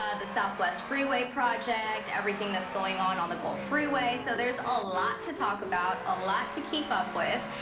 ah the southwest freeway project, everything that's going on on the gulf freeway so there's a lot to talk about, a lot to keep up with,